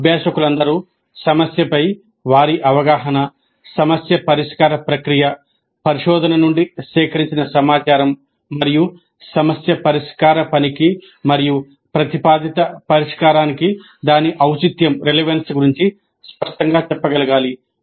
అభ్యాసకులందరూ సమస్యపై వారి అవగాహన సమస్య పరిష్కార ప్రక్రియ పరిశోధన నుండి సేకరించిన సమాచారం మరియు సమస్య పరిష్కార పనికి మరియు ప్రతిపాదిత పరిష్కారానికి దాని ఔచిత్యం గురించి స్పష్టంగా చెప్పగలగాలి